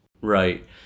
right